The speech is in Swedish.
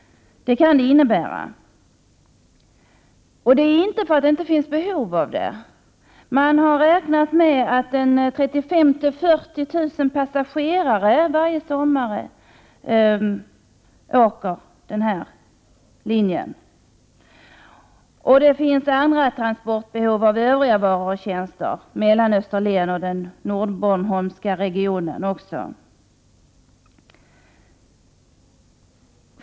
Det beror inte på att det inte finns behov av förbindelsen. Man har räknat med att 35 000-40 000 passagerare varje sommar åker på denna linje. Det finns också transportbehov för andra varor och tjänster mellan Österlen och den nordbornholmska regionen.